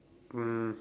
um